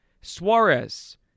Suarez